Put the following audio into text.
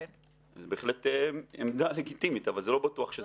זו בהחלט עמדה לגיטימית, אבל לא בטוח שזה נכון.